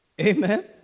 Amen